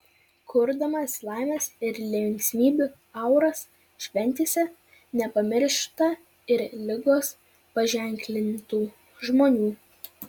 kurdamas laimės ir linksmybių auras šventėse nepamiršta ir ligos paženklintų žmonių